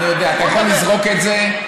אתה יכול לזרוק את זה.